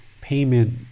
payment